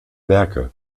werke